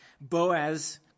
Boaz